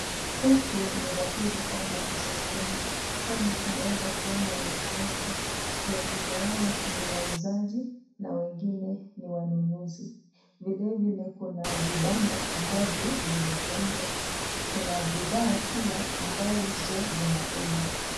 Huku ni dhahiri kwamba ni sokoni. Kwani tunaweza kuona watu wengi. Wengine wao ni wauzaji na wengine ni wanunuzi. Vilevile kuna vibanda ambavyo vimejengwa. Kuna bidhaa pia ambazo zinauzwa.